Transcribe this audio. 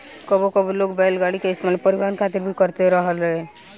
कबो कबो लोग बैलगाड़ी के इस्तेमाल परिवहन खातिर भी करत रहेले